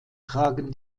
tragen